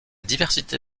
diversité